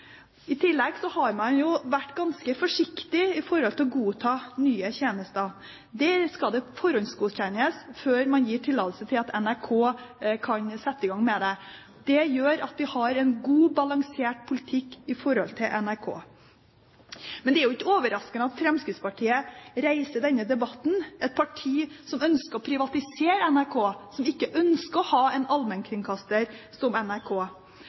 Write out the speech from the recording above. I tillegg har man vært ganske forsiktig med å godta nye tjenester. De skal forhåndsgodkjennes før man gir tillatelse til at NRK kan sette i gang med dem. Det gjør at vi har en god, balansert politikk i forhold til NRK. Det er ikke overraskende at Fremskrittspartiet reiser denne debatten. Det er et parti som ønsker å privatisere NRK, som ikke ønsker å ha en allmennkringkaster som NRK.